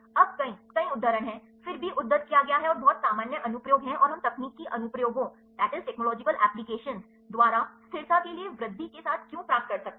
अब कई कई उद्धरण हैं फिर भी उद्धृत किया गया है और बहुत सामान्य अनुप्रयोग हैं और हम तकनीकी अनुप्रयोगों द्वारा स्थिरता के लिए वृद्धि के साथ क्यों प्राप्त कर सकते हैं